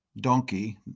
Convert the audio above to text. donkey